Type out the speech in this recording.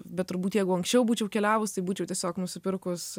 bet turbūt jeigu anksčiau būčiau keliavus tai būčiau tiesiog nusipirkus